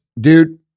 dude